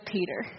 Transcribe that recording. Peter